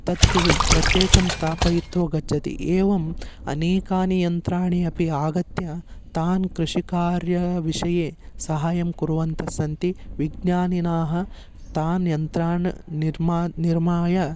तत् प्रत्येकं स्थापयित्वा गच्छति एवम् अनेकानि यन्त्राणि अपि आगत्य तान् कृषिकार्यविषये सहायं कुर्वन्तः सन्ति विज्ञानिनः तानि यन्त्राणि निर्मा निर्माय